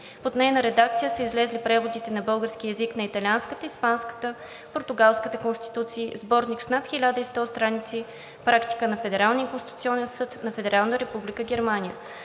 Под нейна редакция са излезли преводите на български език на Италианската, Испанската, Португалската конституция, сборник с над 1100 страници практика на Федералния конституционен съд на Федерална република Германия.